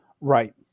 Right